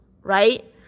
right